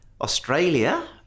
Australia